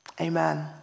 Amen